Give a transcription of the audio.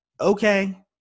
Okay